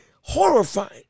horrifying